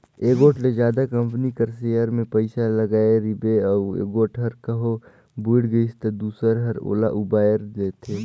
एगोट ले जादा कंपनी कर सेयर में पइसा लगाय रिबे अउ एगोट हर कहों बुइड़ गइस ता दूसर हर ओला उबाएर लेथे